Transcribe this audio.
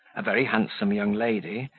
a very handsome young lady,